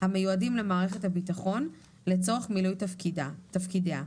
המיועדים למערכת הביטחון לצורך מילוי תפקידיה,